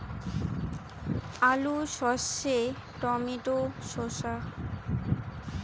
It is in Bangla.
আলু সর্ষে টমেটো শসা